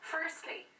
Firstly